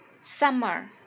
Summer